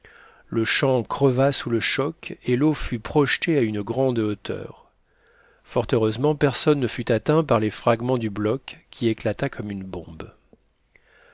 le champ creva sous le choc et l'eau fut projetée à une grande hauteur fort heureusement personne ne fut atteint par les fragments du bloc qui éclata comme une bombe